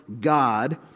God